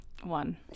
one